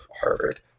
Harvard